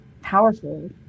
powerful